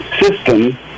system